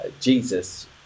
jesus